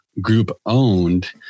group-owned